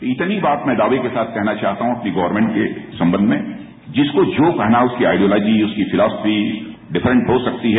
इतनी बात मैं दावे के साथ कहना चाहता हूं कि गर्वमेंट के संबंध में जिसको जो कहना है उसकी आइडियोलॉजी उसकी फिलोस्फी डिफरेंस हो सकती है